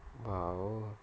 !wow!